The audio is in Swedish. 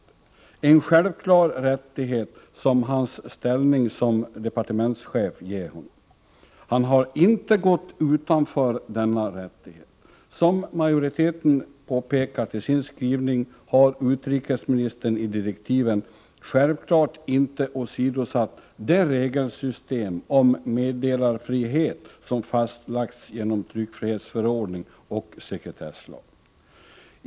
Det är en självklar rättighet som hans ställning som departementschef ger honom. Han har inte gått utanför denna rättighet. Som majoriteten påpekat i sin skrivning har utrikesministern i direktiven självfallet inte åsidosatt det regelsystem om meddelarfrihet som fastlagts genom tryckfrihetsförordning och sekretesslag.